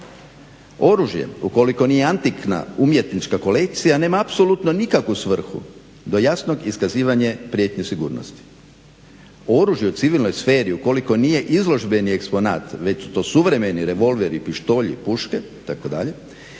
Oružje ukoliko nije antikna umjetnička kolekcija nema apsolutno nikakvu svrhu do jasnog iskazivanja prijetnji sigurnosti. O oružju u civilnoj sferi ukoliko nije izložbeni eksponat već su to suvremeni revolveri, pištolji, puške itd.